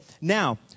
now